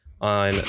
on